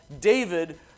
David